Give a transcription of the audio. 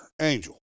angel